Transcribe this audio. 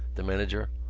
the manager,